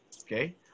Okay